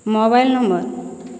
mobile number